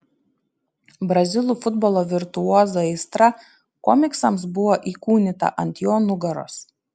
brazilų futbolo virtuozo aistra komiksams buvo įkūnyta ant jo nugaros